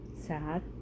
sad